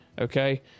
Okay